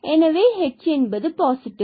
எனவே h positive